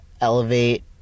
elevate